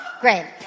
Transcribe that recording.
Great